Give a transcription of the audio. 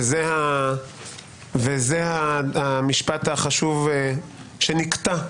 וזה המשפט החשוב שנקטע,